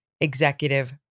executive